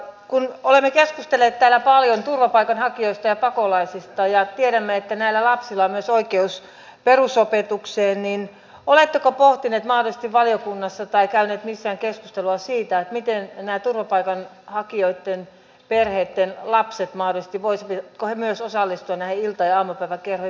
kun olemme keskustelleet täällä paljon turvapaikanhakijoista ja pakolaisista ja tiedämme että näillä lapsilla on myös oikeus perusopetukseen niin oletteko pohtineet mahdollisesti valiokunnassa tai käyneet missään keskustelua siitä voisivatko myös nämä turvapaikanhakijoitten perheitten lapset mahdollisesti osallistua näihin ilta ja aamupäiväkerhoihin